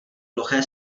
ploché